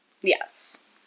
Yes